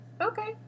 Okay